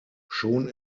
schon